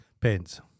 pence